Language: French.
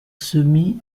semis